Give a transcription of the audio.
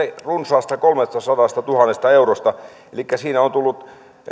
runsaasta kolmestasadastatuhannesta eurosta elikkä siinä on tullut